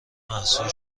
محصور